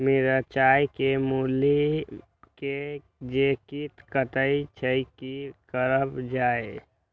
मिरचाय के मुरी के जे कीट कटे छे की करल जाय?